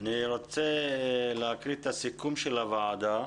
אני רוצה להקריא את הסיכום של הוועדה.